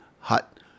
hut